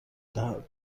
دهد